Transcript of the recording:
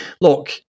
look